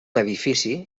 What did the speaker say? edifici